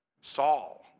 Saul